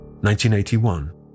1981